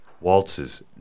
waltzes